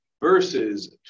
verses